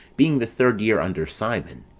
being the third year under simon,